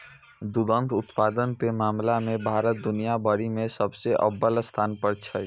दुग्ध उत्पादन के मामला मे भारत दुनिया भरि मे सबसं अव्वल स्थान पर छै